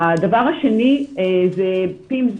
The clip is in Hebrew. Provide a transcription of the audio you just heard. הדבר השני זה pims.